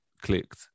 clicked